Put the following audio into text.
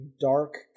dark